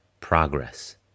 Progress